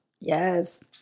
yes